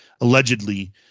allegedly